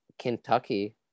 Kentucky